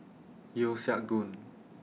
Yeo Siak Goon